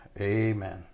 Amen